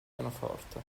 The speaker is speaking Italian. pianoforte